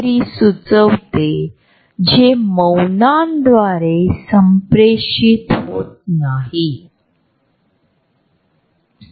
आपल्याला माहित आहे की माझा एक मित्र आहे जो महानगरातील कलासंग्रहालयात काम करतो